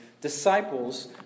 disciples